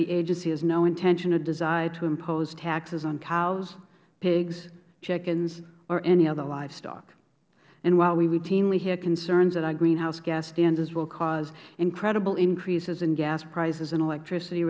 the agency has no intention or desire to impose taxes on cows pigs chickens or any other livestock and while we routinely hear concerns that our greenhouse gas standards will cause incredible increases in gas prices and electricity